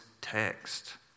text